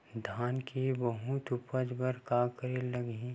धान के बहुत उपज बर का करेला लगही?